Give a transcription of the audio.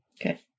Okay